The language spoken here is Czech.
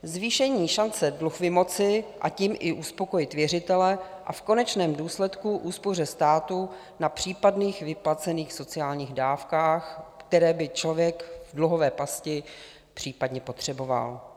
Zvýšení šance dluh vymoci a tím i uspokojit věřitele a v konečném důsledku úspoře státu na případných vyplacených sociálních dávkách, které by člověk v dluhové pasti případně potřeboval.